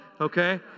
okay